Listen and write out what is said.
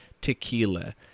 Tequila